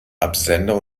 absender